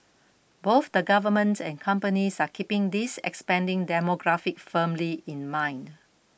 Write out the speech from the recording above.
both the government and companies are keeping this expanding demographic firmly in mind